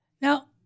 Now